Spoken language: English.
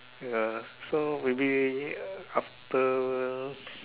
ya so maybe after